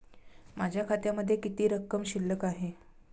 माझ्या खात्यामध्ये किती रक्कम शिल्लक आहे?